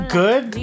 good